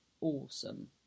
awesome